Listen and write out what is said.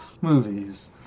Movies